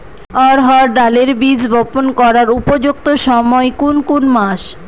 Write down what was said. অড়হড় ডালের বীজ বপন করার উপযুক্ত সময় কোন কোন মাস?